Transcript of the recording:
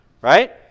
right